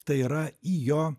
tai yra į jo